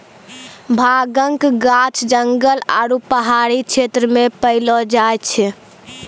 भांगक गाछ जंगल आरू पहाड़ी क्षेत्र मे पैलो जाय छै